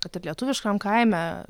kad ir lietuviškam kaime